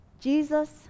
jesus